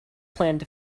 planned